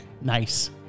Nice